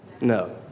No